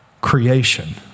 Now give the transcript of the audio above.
creation